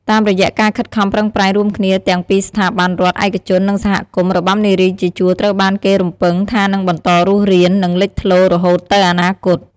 តាមរយៈការខិតខំប្រឹងប្រែងរួមគ្នាទាំងពីស្ថាប័នរដ្ឋ ឯកជន និងសហគមន៍ របាំនារីជាជួរត្រូវបានគេរំពឹងថានឹងបន្តរស់រាន និងលេចធ្លោរហូតទៅអនាគត។